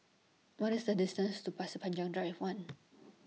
What IS The distance to Pasir Panjang Drive one